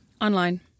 Online